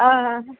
ആ